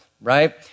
right